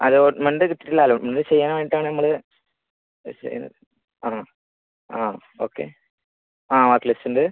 allotment കിട്ടിയിട്ടില്ല allotment ചെയ്യാൻ വേണ്ടിയിട്ടാണ് നമ്മൾ വെച്ചതിന് ആ ആ ഓക്കെ ആ മാർക്ക് ലിസ്റ്റ് ഉണ്ട്